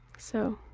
so,